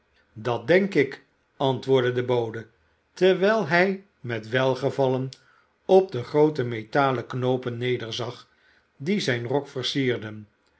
dat denk ik antwoordde de bode terwijl hij met welgevallen op de groote metalen knoopen nederzag die zijn rok versierden